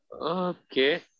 Okay